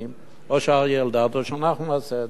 או אריה אלדד או אנחנו נעשה את זה.